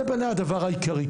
זה בעיניי הדבר העיקרי.